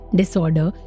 disorder